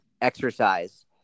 exercise